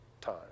time